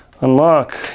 unlock